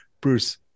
Bruce